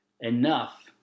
enough